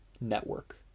network